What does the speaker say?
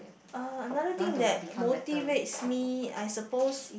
uh another thing that motivates me I suppose